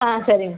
ஆ சரிங்க